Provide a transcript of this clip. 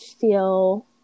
feel